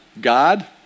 God